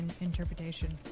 interpretation